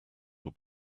will